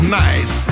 nice